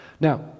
Now